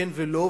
כן או לא,